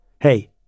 Hey